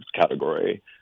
category